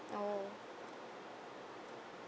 oh